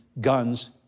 guns